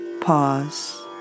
pause